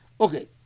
Okay